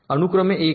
अनुक्रमे एन 1